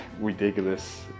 ridiculous